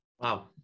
wow